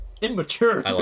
immature